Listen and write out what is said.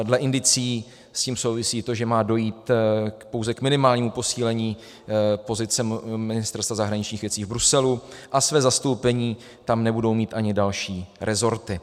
Dle indicií s tím souvisí i to, že má dojít pouze k minimálnímu posílení pozice Ministerstva zahraničních věcí v Bruselu a své zastoupení tam nebudou mít ani další resorty.